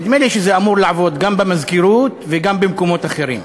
נדמה לי שזה אמור לעבוד גם במזכירות וגם במקומות אחרים.